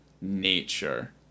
nature